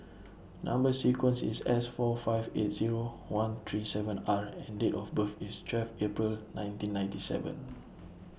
Number sequence IS S four five eight Zero one three seven R and Date of birth IS twelve April nineteen ninety seven